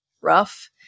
rough